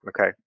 Okay